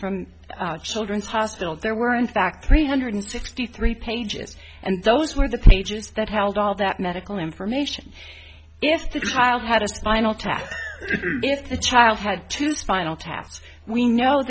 from children's hospital there were in fact three hundred sixty three pages and those were the pages that held all that medical information if the child had a spinal tap if the child had to spinal taps we kno